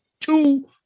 two